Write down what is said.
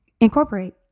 incorporate